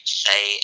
say